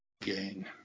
gain